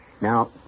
Now